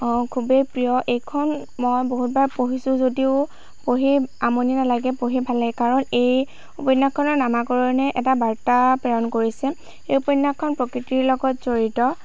খুবেই প্ৰিয় এইখন মই বহুতবাৰ পঢ়িছোঁ যদিও পঢ়ি আমনি নালাগে পঢ়ি ভাল লাগে কাৰণ এই উপন্যাসখনৰ নামাকৰণেই এটা বাৰ্তা প্ৰেৰণ কৰিছে এই উপন্যাসখন প্ৰকৃতিৰ লগত জড়িত